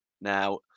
Now